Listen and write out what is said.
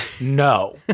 no